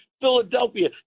Philadelphia